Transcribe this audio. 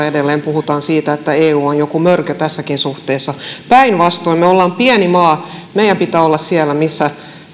edelleen puhutaan siitä että eu on joku mörkö tässäkin suhteessa päinvastoin me olemme pieni maa meidän pitää olla siellä missä